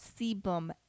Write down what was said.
sebum